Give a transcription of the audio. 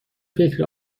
فکر